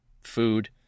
food